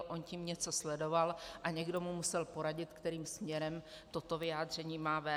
On tím něco sledoval a někdo mu musel poradit, kterým směrem toto vyjádření má vést.